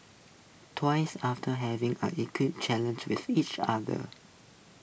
twins after having A equip challenge with each other